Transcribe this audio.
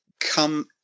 come